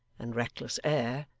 and reckless air,